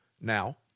Now